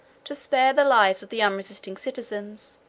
to spare the lives of the unresisting citizens,